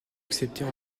accepter